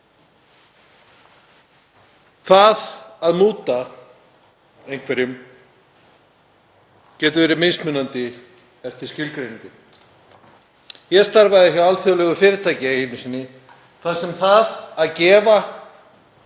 Það að múta einhverjum getur verið mismunandi eftir skilgreiningu. Ég starfaði hjá alþjóðlegu fyrirtæki einu sinni þar sem það að gefa